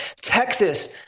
Texas